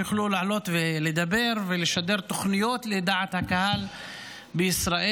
שיוכלו לעלות ולדבר ולשדר תוכניות לדעת הקהל בישראל.